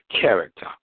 character